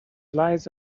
lies